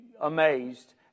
amazed